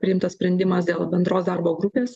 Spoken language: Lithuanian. priimtas sprendimas dėl bendros darbo grupės